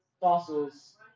fossils